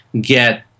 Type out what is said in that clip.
get